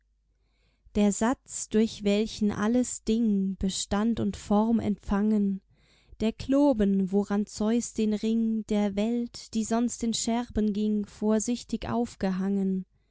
der satz durch welchen alles ding bestand und form empfangen der kloben woran zeus den ring der welt die sonst in scherben ging vorsichtig aufgehangen